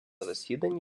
засіданні